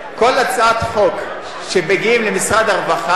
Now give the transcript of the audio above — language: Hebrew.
כל הצעת חוק, כשמגיעים למשרד הרווחה,